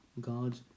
God